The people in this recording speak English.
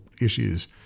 issues